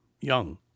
young